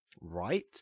right